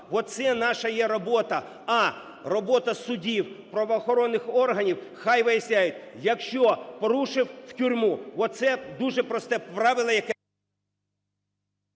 Оце наша є робота. А робота судів, правоохоронних органів – хай виясняють, якщо порушив – в тюрму. Оце дуже просте правило, яке…